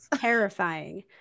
terrifying